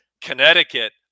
Connecticut